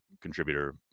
contributor